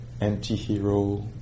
anti-hero